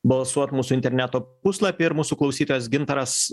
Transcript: balsuot mūsų interneto puslapyje ir mūsų klausytojas gintaras